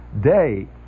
day